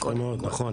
יפה מאוד, נכון.